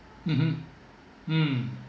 mmhmm mm